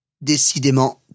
Décidément